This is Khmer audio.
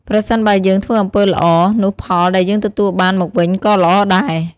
ប្រសិនបើយើងធ្វើអំពើល្អ នោះផលដែលយើងទទួលបានមកវិញក៏ល្អដែរ។